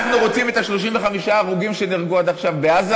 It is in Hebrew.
אנחנו רוצים את 35 ההרוגים שנהרגו עד עכשיו בעזה?